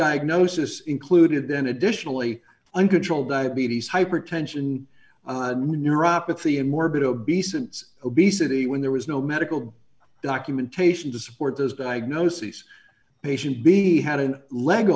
diagnosis included then additionally uncontrolled diabetes hypertension neuropathy and morbid obesity is obesity when there was no medical documentation to support those diagnoses patient be had an leg